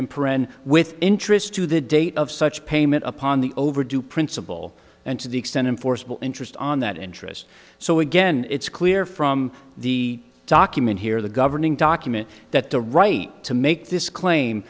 perenna with interest to the date of such payment upon the overdue principle and to the extent enforceable interest on that interest so again it's clear from the document here the governing document that the right to make this claim